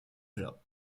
plat